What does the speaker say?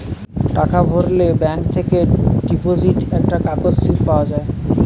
টাকা ভরলে ব্যাঙ্ক থেকে ডিপোজিট একটা কাগজ স্লিপ পাওয়া যায়